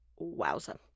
wowza